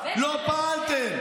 לא פעלתן.